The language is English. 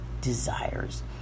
desires